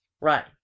right